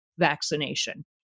vaccination